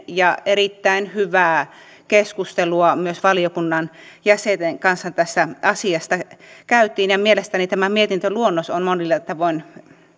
ja erittäin hyvää keskustelua myös valiokunnan jäsenten kanssa tästä asiasta kävimme ja mielestäni tämä mietintöluonnos on monilla tavoin